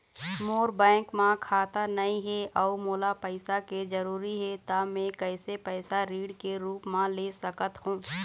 मोर bank म खाता नई हे अउ मोला पैसा के जरूरी हे त मे कैसे पैसा ऋण के रूप म ले सकत हो?